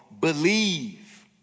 Believe